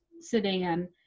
sedan